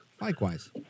Likewise